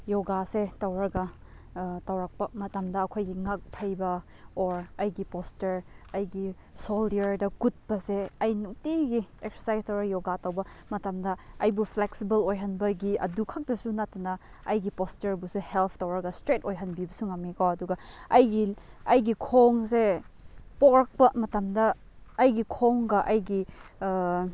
ꯌꯣꯒꯥꯁꯦ ꯇꯧꯔꯒ ꯇꯧꯔꯛꯄ ꯃꯇꯝꯗ ꯑꯩꯈꯣꯏꯒꯤ ꯉꯛ ꯐꯩꯕ ꯑꯣꯔ ꯑꯩꯒꯤ ꯄꯣꯁꯇꯔ ꯑꯩꯒꯤ ꯁꯣꯜꯗꯤꯌꯔꯗ ꯀꯨꯠꯄꯁꯦ ꯑꯩ ꯅꯨꯡꯇꯤꯒꯤ ꯑꯦꯛꯁꯔꯁꯥꯏꯁ ꯇꯧꯔꯒ ꯌꯣꯒꯥ ꯇꯧꯕ ꯃꯇꯝꯗ ꯑꯩꯕꯨ ꯐ꯭ꯂꯦꯛꯁꯤꯕꯜ ꯑꯣꯏꯍꯟꯕꯒꯤ ꯑꯗꯨ ꯈꯛꯇꯁꯨ ꯅꯠꯇꯅ ꯑꯩꯒꯤ ꯄꯣꯁꯇꯔꯕꯨꯁꯨ ꯍꯦꯜꯞ ꯇꯧꯔꯒ ꯏꯁꯇ꯭ꯔꯦꯠ ꯑꯣꯏꯍꯟꯕꯤꯕꯁꯨ ꯉꯝꯃꯦꯀꯣ ꯑꯗꯨꯒ ꯑꯩꯒꯤ ꯑꯩꯒꯤ ꯈꯣꯡꯁꯦ ꯄꯣꯛꯂꯛꯄ ꯃꯇꯝꯗ ꯑꯩꯒꯤ ꯈꯣꯡꯒ ꯑꯩꯒꯤ